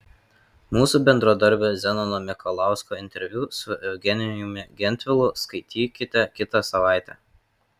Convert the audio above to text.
mūsų bendradarbio zenono mikalausko interviu su eugenijumi gentvilu skaitykite kitą savaitę